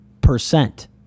percent